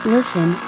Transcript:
Listen